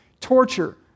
torture